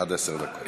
עד עשר דקות.